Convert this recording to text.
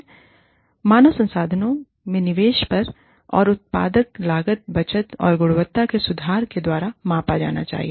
मानव संसाधनों में निवेश पर रिटर्न को उत्पादकता लागत बचत और गुणवत्ता में सुधार के द्वारा मापा जाना चाहिए